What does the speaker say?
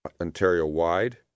Ontario-wide